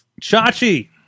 Chachi